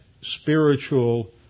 spiritual